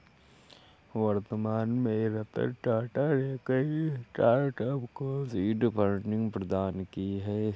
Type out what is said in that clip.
वर्तमान में रतन टाटा ने कई स्टार्टअप को सीड फंडिंग प्रदान की है